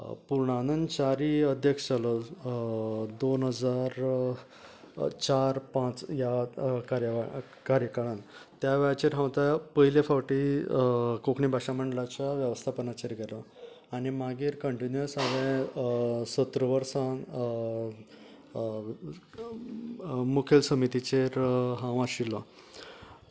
पुर्णानंद च्यारी अध्यक्ष जालो दोन हजार चार पांच ह्या कार्या कार्यकाळांत त्या वेळाचेर पयले फावटी कोंकणी भाशा मंडळाचे वेवस्थापनाचेर गेलो आनी मागीर कन्ट्युनियस हांवें सतरा वर्सा मुखेल समितीचेर हांव आशिल्लो